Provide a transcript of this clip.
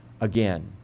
again